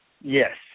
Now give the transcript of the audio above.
Yes